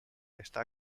esta